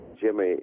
Jimmy